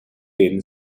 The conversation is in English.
thin